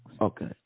Okay